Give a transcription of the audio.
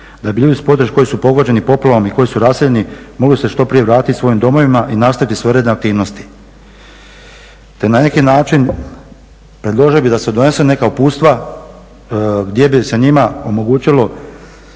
da bi ljudi s područja koji su pogođeni poplavom i koji su raseljeni mogli se što prije vratiti svojim domovima i nastaviti svoje redovne aktivnosti te na neki način predložio bih da se donesu neka uputstva gdje bi se njima omogućila